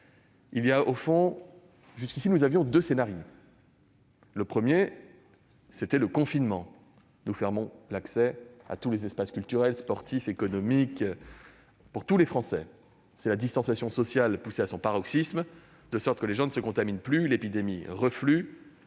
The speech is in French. semaines. Jusqu'ici, nous connaissions deux scénarios. Le premier est le confinement : nous fermons l'accès à tous les espaces culturels, sportifs, économiques pour tous les Français. C'est la distanciation sociale poussée à son paroxysme, de sorte que les gens ne se contaminent plus. L'épidémie reflue